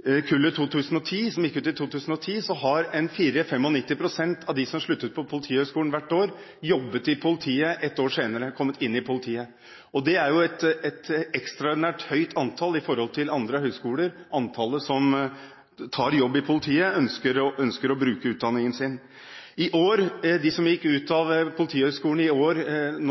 kullet som gikk ut i 2010, har 94–95 pst. av dem som gikk ut fra Politihøgskolen hvert år, jobb i politiet et år senere. Det er et ekstraordinært høyt antall i forhold til andre høyskoler, og antallet som tar jobb i politiet, ønsker å bruke utdanningen sin. Av dem som gikk ut av Politihøgskolen i år,